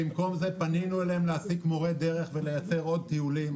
פנינו אליהם להעסיק מורי דרך ולייצר עוד טיולים.